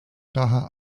daher